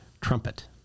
trumpet